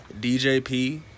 DJP